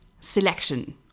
selection